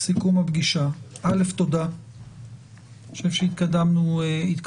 סיכום הפגישה אלף תודה אני חושב שהתקדמנו,